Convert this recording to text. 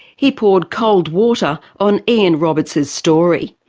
he poured cold water on ian roberts's story.